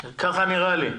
כך נראה לי.